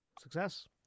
Success